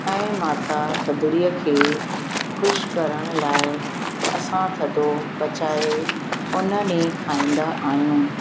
ऐं माता थदड़ीअ खे ख़ुशि करण लाइ असां थधो पचाए उन ॾींहुं खाईंदा आहियूं